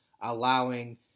allowing